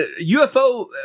UFO